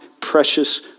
precious